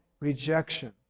rejection